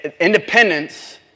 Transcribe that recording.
independence